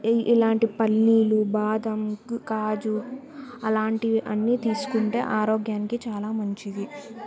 ఇ ఇలాంటి పల్లీలు బాదం కాజు అలాంటివి అన్నీ తీసుకుంటే ఆరోగ్యానికి చాలా మంచిది